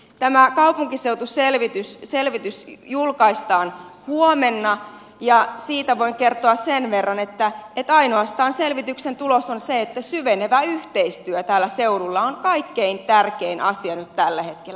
tämä kaupunkiseutuselvitys julkaistaan huomenna ja siitä voin kertoa sen verran että selvityksen tulos on ainoastaan se että syvenevä yhteistyö tällä seudulla on kaikkein tärkein asia nyt tällä hetkellä